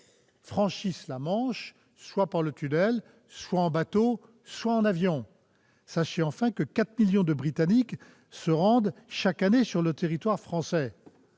franchissent la Manche soit par le tunnel, soit en bateau, soit en avion ; enfin, 4 millions de Britanniques se rendent chaque année sur le territoire français.